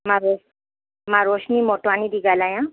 मां रो रोशनी मोटवाणी थी ॻाल्हायां